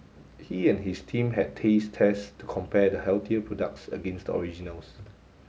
he and his team had taste tests to compare the healthier products against the originals